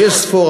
יש ספור,